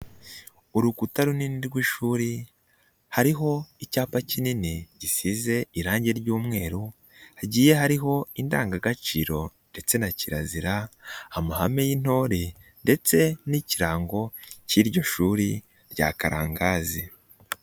Urukuta runini rw'ishuri hariho icyapa kinini gisize irange ry'umweru, hagiye hariho indangagaciro ndetse na kirazira, amahame y'intore ndetse n'ikirango k'iryo shuri rya Karangazi.